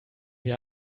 wir